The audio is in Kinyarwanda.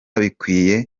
bikwiye